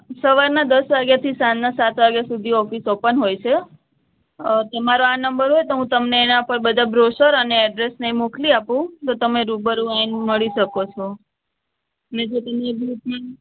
સવારના દસ વાગ્યાથી સાંજના સાત વાગ્યા સુધી ઓફિસ ઓપન હોય છે તમારો આ નંબર હોય તો હું તમને એના બધા બ્રોશર અને એડ્રેસ ને એ મોકલી આપું તો તમે રૂબરૂ આવીને મળી શકો છો ને જો તમે ગ્રુપમાં